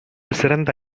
சிறந்த